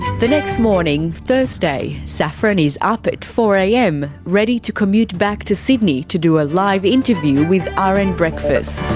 the next morning, thursday, saffron is up at four am, ready to commute back to sydney to do a live interview with rn and breakfast.